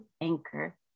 anchor